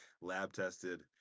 lab-tested